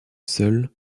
seule